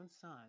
son